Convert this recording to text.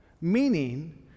meaning